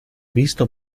visto